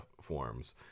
forms